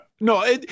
No